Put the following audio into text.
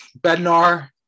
Bednar